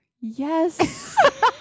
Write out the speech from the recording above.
yes